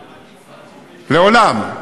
לעולם.